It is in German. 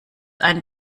ein